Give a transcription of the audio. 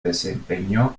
desempeñó